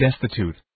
destitute